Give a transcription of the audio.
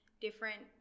different